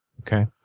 Okay